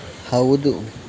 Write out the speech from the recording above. ಹೌದು